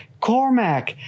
Cormac